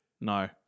No